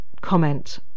comment